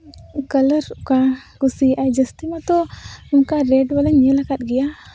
colour ᱚᱠᱟ ᱠᱩᱥᱤᱭᱟᱜᱼᱟᱭ ᱡᱟᱹᱥᱛᱤ ᱢᱟᱛᱳ ᱚᱱᱠᱟ ᱨᱮᱰ ᱵᱟᱞᱟᱧ ᱧᱮᱞ ᱠᱟᱜ ᱜᱮᱭᱟ